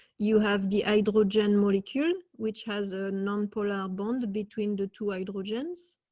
you have the idaho jen molecule, which has a non polar bond between the two i'd origins